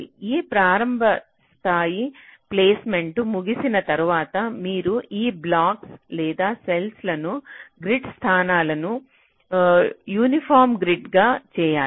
ఈ ప్రారంభ స్థాయి ప్లేస్మెంట్ ముగిసిన తర్వాత మీరు ఈ బ్లాక్లు లేదా సెల్స్ లను గ్రిడ్ స్థానాలకు యూనిఫామ్ గ్రిడ్గా చేయాలి